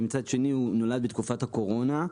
הוא נולד בתקופת הקורונה,